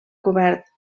cobert